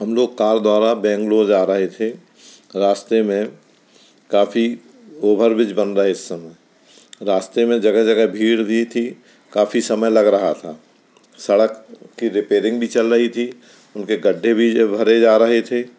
हम लोग कार द्वारा बैंगलोर जा रहे थे रास्ते में काफ़ी ओवरब्रिज बन रहे इस समय रास्ते में जगह जगह भीड़ भी थी काफ़ी समय लग रहा था सड़क की रिपेयारिंग भी चल रही थी उनके गड्ढे भी भरे जा रहे थे